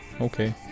Okay